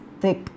thick